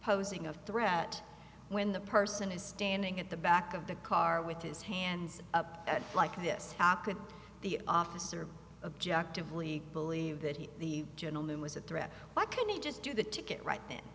posing a threat when the person is standing at the back of the car with his hands up like this top of the officer objective we believe that he the gentleman was a threat why can't he just do the ticket right the